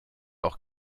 auch